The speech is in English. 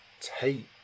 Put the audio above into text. take